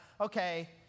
okay